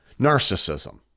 narcissism